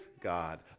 God